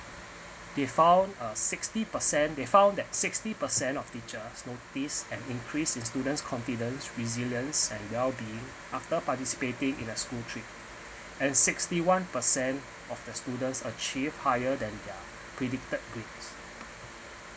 they found a sixty percent they found that sixty percent of teachers noticed an increase in students confidence resilience and wellbeing after participating in a school trip and sixty one per cent of the students achieve higher than their predicted grades